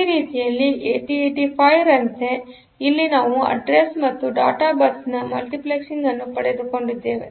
ಈ ರೀತಿಯಲ್ಲಿ 8085 ರಂತೆಆದ್ದರಿಂದ ಇಲ್ಲಿ ನಾವು ಅಡ್ರೆಸ್ ಮತ್ತು ಡೇಟಾ ಬಸ್ನ ಮಲ್ಟಿಪ್ಲೆಕ್ಸಿಂಗ್ ಅನ್ನು ಪಡೆದುಕೊಂಡಿದ್ದೇವೆ